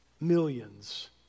Millions